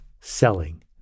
selling